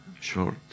short